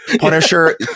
Punisher